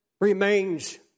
remains